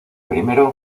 primero